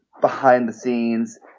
behind-the-scenes